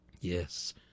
YES